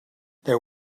there